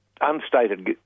unstated